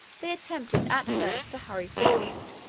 they attempted at first to hurry forward,